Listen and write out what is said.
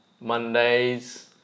Mondays